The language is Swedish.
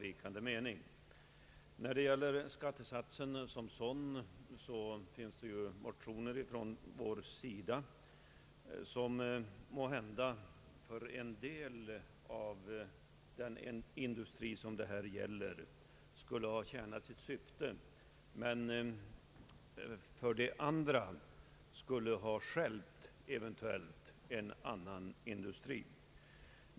I fråga om skattesatsen som sådan har från vårt håll väckts motioner, som väl skulle ha tjänat sitt syfte när det gäller en del av den ifrågavarande industrin men som eventuellt skulle ha stjälpt annan industri.